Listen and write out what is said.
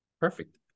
Perfect